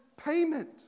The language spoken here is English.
payment